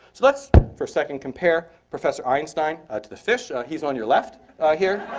so let's for a second compare professor einstein ah to the fish. he's on your left here.